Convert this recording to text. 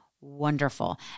wonderful